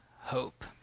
hope